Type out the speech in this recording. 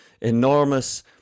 enormous